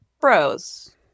bros